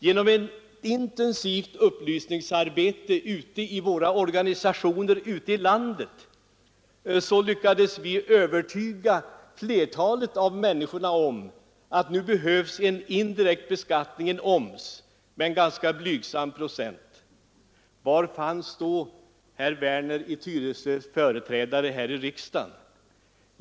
Genom ett intensivt upplysningsarbete i våra organisationer ute i landet lyckades vi övertyga flertalet av människorna om att det behövdes en indirekt beskattning, en omsättningsskatt av då ganska blygsam procentuell storlek. Var fanns då företrädarna för herr Werners parti här i riksdagen?